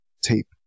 tape